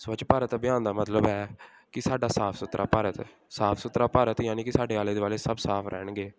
ਸਵੱਛ ਭਾਰਤ ਅਭਿਆਨ ਦਾ ਮਤਲਬ ਹੈ ਕਿ ਸਾਡਾ ਸਾਫ ਸੁਥਰਾ ਭਾਰਤ ਸਾਫ ਸੁਥਰਾ ਭਾਰਤ ਯਾਨੀ ਕਿ ਸਾਡੇ ਆਲੇ ਦੁਆਲੇ ਸਭ ਸਾਫ ਰਹਿਣਗੇ